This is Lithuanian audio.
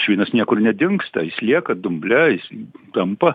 švinas niekur nedingsta jis lieka dumble jis tampa